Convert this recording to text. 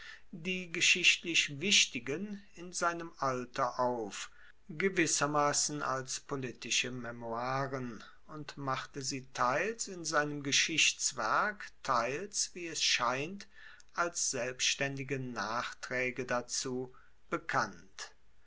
die geschichtlich wichtigen in seinem alter auf gewissermassen als politische memoiren und machte sie teils in seinem geschichtswerk teils wie es scheint als selbstaendige nachtraege dazu bekannt